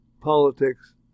politics